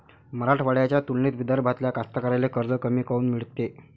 मराठवाड्याच्या तुलनेत विदर्भातल्या कास्तकाराइले कर्ज कमी काऊन मिळते?